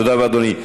תודה רבה, אדוני.